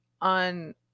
on